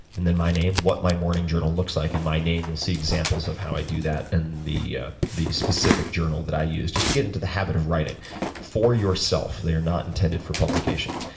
and then my name. what my morning journal looks like and my name, you'll see example of how i do that and the ah the specific journal that i use, just to get into the habit of writing for yourself. they are not intended for publication.